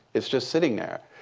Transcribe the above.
it's just sitting there.